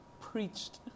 preached